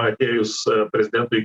atėjus prezidentui